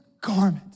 garment